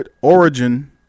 origin